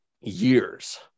years